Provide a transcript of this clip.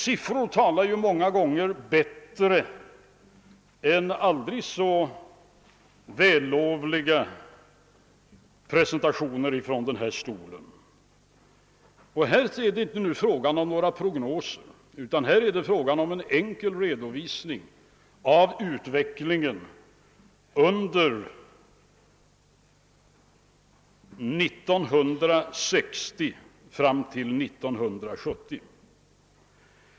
Siffror talar ju många gånger bättre än aldrig så vällovliga presentationer från denna talarstol. Jag talar nu inte om några prognoser utan om en enkel redovisning av utvecklingen från 1960 till 1970.